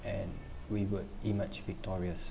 and we would emerge victorious